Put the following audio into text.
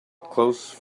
close